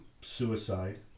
suicide